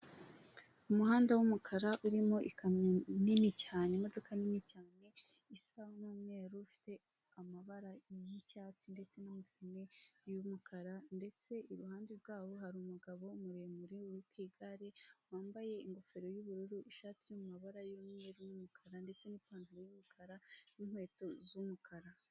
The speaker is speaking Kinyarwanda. umuhanda w'umukara urimo ikamyo nini cyane, imodoka nini cyane isa n'umweru, ifite amabara y'icyatsi ndetse n'amapine y'umukara ndetse iruhande rwabo hari umugabo muremure uri Ku igare, wambaye ingofero y'ubururu, ishati y'amabara y'umweru n'umukara ndetse n'ipantaro y'umukara n'inkweto z'umukara.